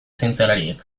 zientzialariek